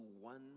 one